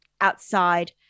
outside